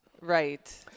Right